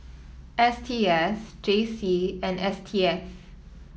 S T S J C and S T S